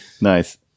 Nice